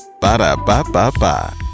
Ba-da-ba-ba-ba